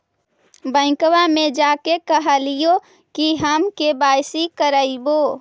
बैंकवा मे जा के कहलिऐ कि हम के.वाई.सी करईवो?